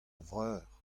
vreur